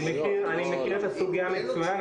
אני מכיר את הסוגיה מצוין.